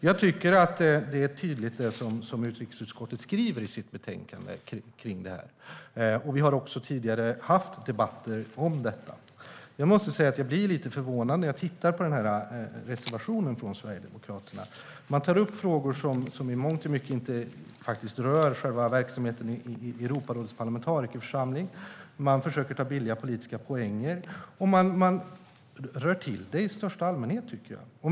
Jag tycker att det som utrikesutskottet skriver i sitt betänkande om det här är tydligt. Vi har också haft debatter om detta tidigare. Jag måste säga att jag blir lite förvånad när jag läser reservationen från Sverigedemokraterna. Man tar upp frågor som i mångt och mycket faktiskt inte rör själva verksamheten i Europarådets parlamentarikerförsamling. Man försöker ta billiga politiska poäng, och man rör till det i största allmänhet, tycker jag.